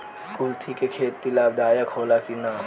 कुलथी के खेती लाभदायक होला कि न?